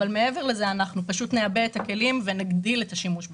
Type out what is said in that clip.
נעבה את הכלים ונגדיל את השימוש בפלסטיק,